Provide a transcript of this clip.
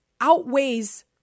outweighs